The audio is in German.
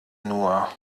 nur